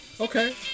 okay